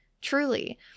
truly